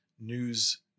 news